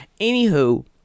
Anywho